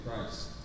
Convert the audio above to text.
Christ